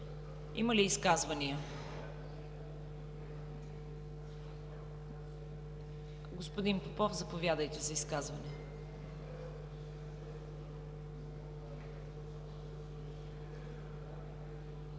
Има ли изказвания? Господин Попов, заповядайте за изказване.